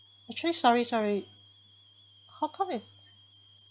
actually sorry sorry how come it